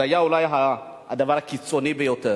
זה היה אולי הדבר הקיצוני ביותר.